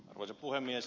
arvoisa puhemies